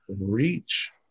reach